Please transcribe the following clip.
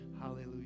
Hallelujah